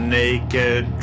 naked